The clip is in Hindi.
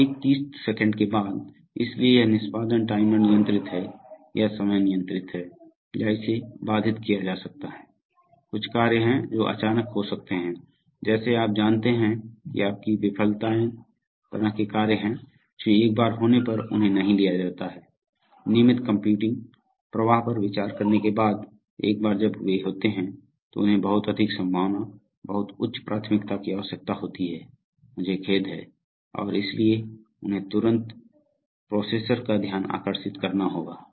तो ठीक 30 सेकंड के बाद इसलिए यह निष्पादन टाइमर नियंत्रित है या समय नियंत्रित है या इसे बाधित किया जा सकता है कुछ कार्य हैं जो अचानक हो सकते हैं जैसे आप जानते हैं कि आपकी विफलताएँ तरह के कार्य हैं जो एक बार होने पर उन्हें नहीं लिया जाता है नियमित कंप्यूटिंग प्रवाह पर विचार करने के बाद एक बार जब वे होते हैं तो उन्हें बहुत अधिक संभावना बहुत उच्च प्राथमिकता की आवश्यकता होती है मुझे खेद है और इसलिए उन्हें तुरंत प्रोसेसर का ध्यान आकर्षित करना होगा